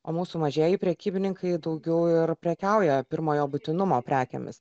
o mūsų mažieji prekybininkai daugiau ir prekiauja pirmojo būtinumo prekėmis